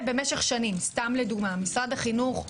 לדוגמה משרד החינוך,